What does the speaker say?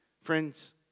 Friends